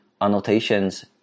annotations